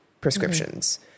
prescriptions